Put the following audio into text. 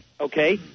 Okay